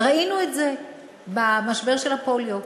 וראינו את זה במשבר הפוליו.